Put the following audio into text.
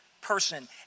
person